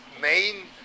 main